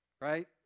right